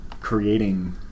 creating